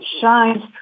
shines